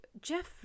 Jeff